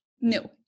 No